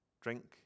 Drink